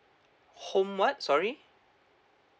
home what sorry